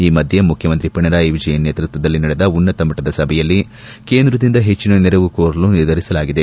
ಈ ಮಧ್ಯೆ ಮುಖ್ಯಮಂತ್ರಿ ಪಿಣರಾಯಿ ವಿಜಯನ್ ನೇತೃತ್ವದಲ್ಲಿ ನಡೆದ ಉನ್ನತ ಮಟ್ಟದ ಸಭೆಯಲ್ಲಿ ಕೇಂದ್ರದಿಂದ ಹೆಚ್ಚಿನ ನೆರವು ಕೋರಲು ನಿರ್ಧರಿಸಲಾಗಿದೆ